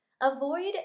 Avoid